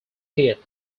hit